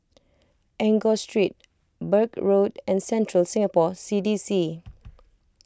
Enggor Street Birch Road and Central Singapore C D C